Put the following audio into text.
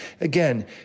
Again